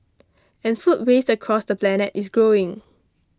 and food waste across the planet is growing